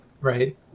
right